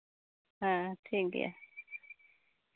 ᱦᱮᱸ ᱴᱷᱤᱠ ᱜᱮᱭᱟ